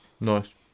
Nice